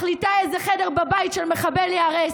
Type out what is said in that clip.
מחליטה איזה חדר בבית של מחבל ייהרס,